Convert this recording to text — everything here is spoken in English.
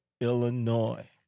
Illinois